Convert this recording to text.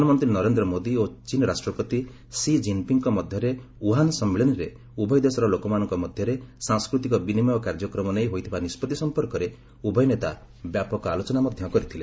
ପ୍ରଧାନମନ୍ତ୍ରୀ ନରେନ୍ଦ୍ର ମୋଦି ଓ ଚୀନ୍ ରାଷ୍ଟ୍ରପତି ସି ଜିନ୍ପିଙ୍ଗଙ୍କ ମଧ୍ୟରେ ଉହାନ୍ ସମ୍ମିଳନୀରେ ଉଭୟ ଦେଶର ଲୋକମାନଙ୍କ ମଧ୍ୟରେ ସାଂସ୍କୃତିକ ବିନିମୟ କାର୍ଯ୍ୟକ୍ରମ ନେଇ ହୋଇଥିବା ନିଷ୍ପତ୍ତି ସଂପର୍କରେ ବ୍ୟାପକ ଆଲୋଚନା ମଧ୍ୟ କରିଥିଲେ